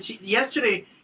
Yesterday